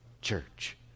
Church